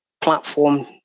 platform